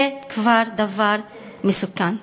זה כבר דבר מסוכן,